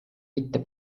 mitte